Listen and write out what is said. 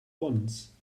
once